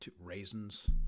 raisins